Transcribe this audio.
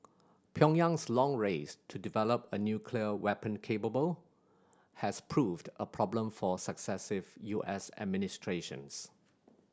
Pyongyang's long race to develop a nuclear weapon capable has proved a problem for successive U S administrations